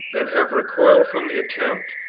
and have recoiled from the attempt,